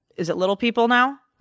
is it little people now?